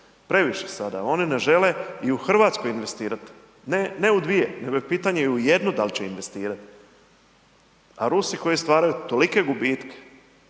previše sada, oni ne žele i u Hrvatskoj investirati. Ne u dvije, nego je pitanje i u jednu dal će investirati. A Rusi koji stvaraju tolike gubitke,